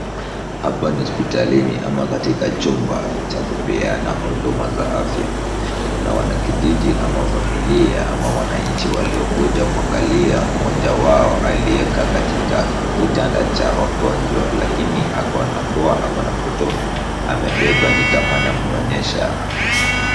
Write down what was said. Hapa ni hospitalini ama chumba cha kupeana huduma za afya. Kuna wanakijiji ama familia ama wananchi waliokuja kuangalia mmoja wao aliyekaa katika kitanda cha wagonjwa lakini anaonekana akiwa na mtoto amebeba ama anamnyonyesha.